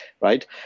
Right